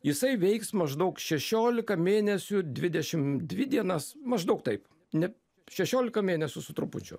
jisai veiks maždaug šešiolika mėnesių dvidešim dvi dienas maždaug taip ne šešiolika mėnesių su trupučiu tai